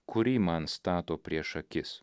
kurį man stato prieš akis